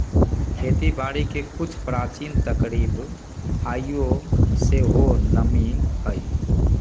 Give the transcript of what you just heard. खेती बारिके के कुछ प्राचीन तरकिब आइयो सेहो नामी हइ